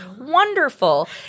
wonderful